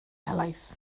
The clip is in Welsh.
helaeth